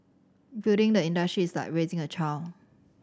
building the industry is like raising a child